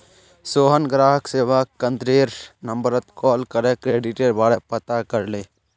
सोहन ग्राहक सेवा केंद्ररेर नंबरत कॉल करे क्रेडिटेर बारा पता करले